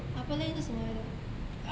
Ah Balling 是什么来的